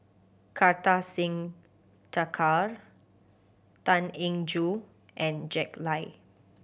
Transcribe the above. Kartar Singh Thakral Tan Eng Joo and Jack Lai